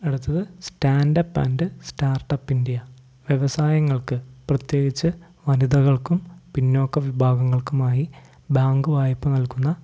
അടുത്തത് stand up and startup India വ്യവസായങ്ങൾക്ക് പ്രത്യേകിച്ചു വനിതകൾക്കും പിന്നോക്ക വിഭാഗങ്ങൾക്കുമായി ബാങ്ക് വായ്പ നൽകുന്ന